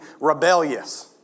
rebellious